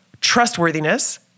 trustworthiness